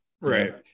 Right